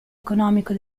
economico